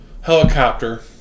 helicopter